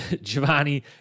Giovanni